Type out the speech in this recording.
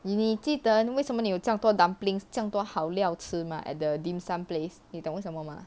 你记得为什么你有这样多 dumplings 这样多好料吃 mah at the dim sum place 你懂为什么 mah